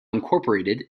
incorporated